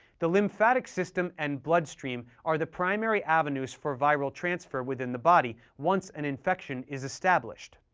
the lymphatic system and bloodstream are the primary avenues for viral transfer within the body once an infection is established.